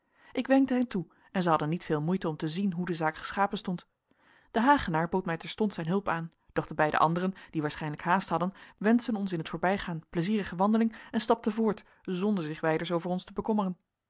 ik wenkte hen toe en zij hadden niet veel moeite om te zien hoe de zaak geschapen stond de hagenaar bood mij terstond zijn hulp aan doch de beide anderen die waarschijnlijk haast hadden wenschten ons in t voorbijgaan pleizierige wandeling en stapten voort zonder zich wijders over ons te bekommeren